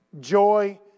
joy